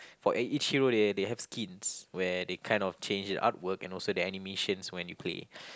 for ea~ each hero they they have skins where they kind of change the artwork and also the animations when you play